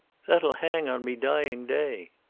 that'll hang on me dying day.